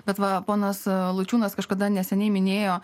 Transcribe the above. bet va ponas lučiūnas kažkada neseniai minėjo